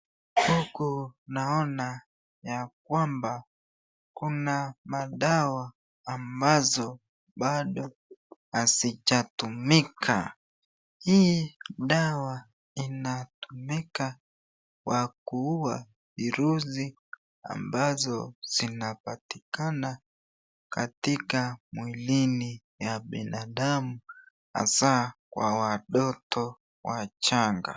Huku naona ya kwamba kuna madawa ambazo hazijatumika , hii dawa inatumika kwa kuua viruzi ambazo zinapatikana katika mwilini ya binadamu hasa watoto wachanga.